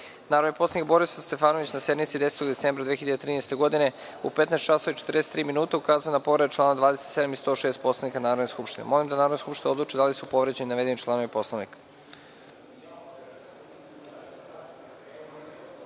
poslanik Borislav Stefanović, na sednici 10. decembra 2013. godine u 15 časova i 43 minuta ukazao je na povredu člana 27. i 106. Poslovnika Narodne skupštine. Molim da Narodna skupština odluči da li su povređeni navedeni članovi poslovnika. Molim